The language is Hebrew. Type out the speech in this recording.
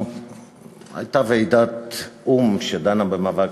הייתה ועידת או"ם שדנה במאבק